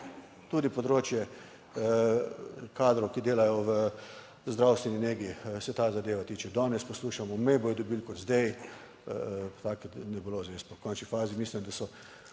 Tudi področje kadrov, ki delajo v zdravstveni negi se ta zadeva tiče. Danes poslušamo, me bodo dobili, kot zdaj, pa tako nebuloze. Jaz pa v končni fazi mislim, da so